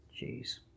Jeez